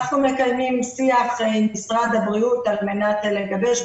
אנחנו מקיימים שיח עם משרד הבריאות על מנת לגבש.